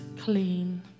clean